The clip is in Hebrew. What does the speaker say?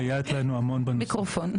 את מסייעת לנו המון בנושא.